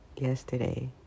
yesterday